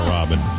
Robin